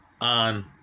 on